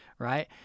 Right